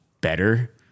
better